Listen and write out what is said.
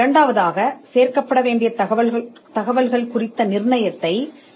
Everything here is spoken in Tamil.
இரண்டாவதாக தேடல் கோரிக்கையில் சேர்க்க வேண்டிய தகவல்களை நீங்கள் நிர்ணயிப்பீர்கள்